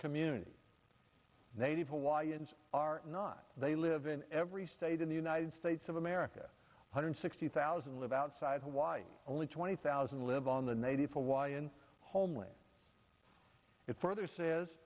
community native hawaiians are not they live in every state in the united states of america hundred sixty thousand live outside hawaii only twenty thousand live on the native hawaiian homeland it further say